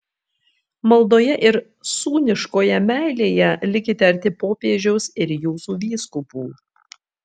maldoje ir sūniškoje meilėje likite arti popiežiaus ir jūsų vyskupų